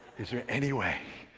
is there anyway,